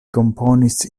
komponis